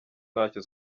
ntacyo